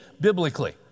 biblically